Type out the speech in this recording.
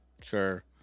Sure